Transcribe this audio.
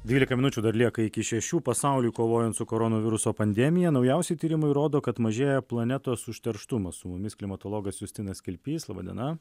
dvylika minučių dar lieka iki šešių pasauliui kovojant su koronaviruso pandemija naujausi tyrimai rodo kad mažėja planetos užterštumas su mumis klimatologas justinas kilpys laba diena